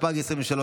התשפ"ג 2023,